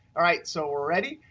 all right so we're ready.